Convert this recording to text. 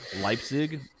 Leipzig